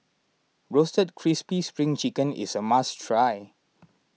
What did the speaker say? Roasted Crispy Spring Chicken is a must try